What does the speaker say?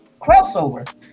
crossover